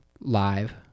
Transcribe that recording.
live